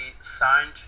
signed